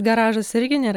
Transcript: garažas irgi nėra